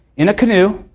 in a canoe,